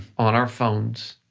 on our phones,